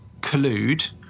collude